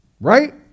Right